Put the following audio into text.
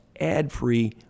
ad-free